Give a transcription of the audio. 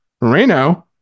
Moreno